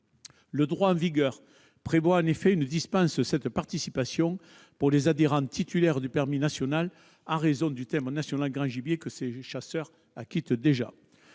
Le droit en vigueur prévoit en effet une dispense de cette participation pour les adhérents titulaires du permis national, en raison du timbre national grand gibier que ces chasseurs acquittent déjà.